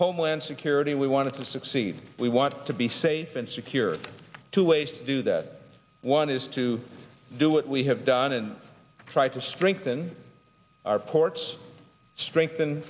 homeland security we want to succeed we want to be safe and secure to waste do that one is to do what we have done and try to strengthen our ports strengthen